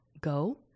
go